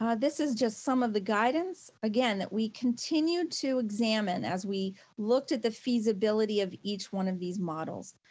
um this is just some of the guidance. again, that we continue to examine as we looked at the feasibility of each one of these models.